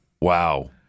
Wow